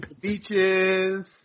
beaches